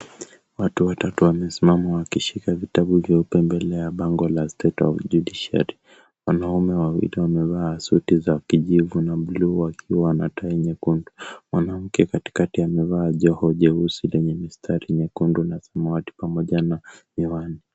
Watu watatu wamesimama wakishika vitabu vya upendeleo ya Bango la State of Judiciary . Wanaume wawili wamevaa suti za kijivu na buluu wakiwa wana tai nyekundu. Mwanamke katikati wamevaa joho jeusi lenye mistari nyekundu na samawati pamoja na miwani.